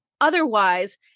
otherwise